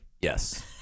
Yes